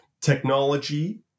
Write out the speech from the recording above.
technology